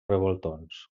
revoltons